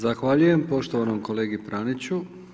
Zahvaljujem poštovanom kolegi Praniću.